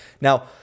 Now